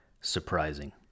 surprising